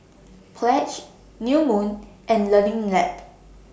Pledge New Moon and Learning Lab